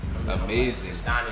amazing